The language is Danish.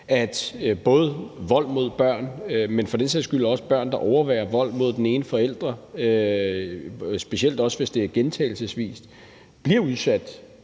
for vold, men for den sags skyld også børn, der overværer vold mod den ene forælder, specielt også hvis det gentages, på den måde bliver udsat